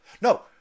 no